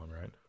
right